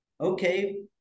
okay